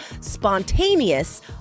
spontaneous